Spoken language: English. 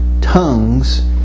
tongues